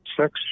sex